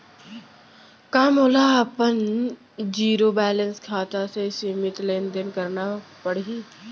का मोला अपन जीरो बैलेंस खाता से सीमित लेनदेन करना पड़हि?